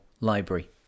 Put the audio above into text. library